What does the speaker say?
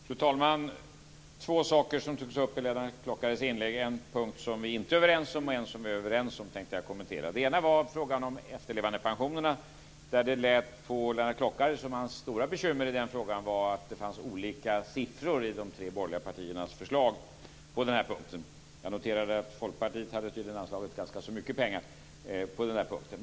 Fru talman! Det var två saker som Lennart Klockare tog upp i sitt inlägg. Jag tänkte kommentera en punkt där vi inte är överens och en som vi är överens om. Den ena punkten gäller frågan om efterlevandepensionerna. Det lät på Lennart Klockare som att hans stora bekymmer i den frågan var att det fanns olika siffror i de tre borgerliga partiernas förslag. Jag noterade att Folkpartiet hade tydligen anslagit ganska så mycket pengar på den punkten.